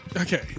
Okay